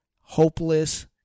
hopeless